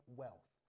wealth